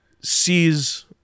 sees